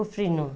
उफ्रिनु